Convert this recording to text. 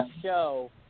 show